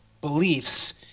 beliefs